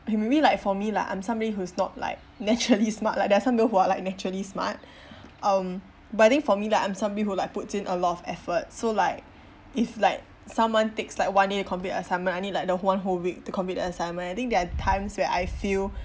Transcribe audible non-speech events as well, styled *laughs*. and maybe like for me lah I'm somebody who's not like naturally *laughs* smart like there are some people who are like naturally smart *breath* um but I think for me like I'm somebody who like puts in a lot of effort so like if like someone takes like one day to complete an assignment I need like the one whole week to complete the assignment I think there are times where I feel